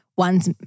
One's